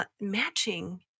matching